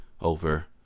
over